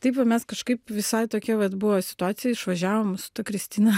taip va mes kažkaip visai tokia vat buvo situacija išvažiavom su ta kristina